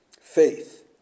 faith